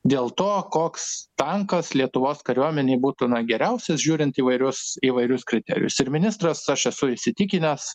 dėl to koks tankas lietuvos kariuomenei būtų na geriausias žiūrint įvairius įvairius kriterijus ir ministras aš esu įsitikinęs